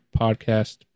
podcast